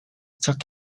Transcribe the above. took